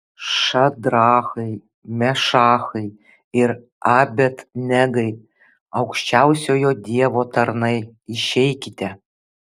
šadrachai mešachai ir abed negai aukščiausiojo dievo tarnai išeikite